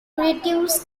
reduced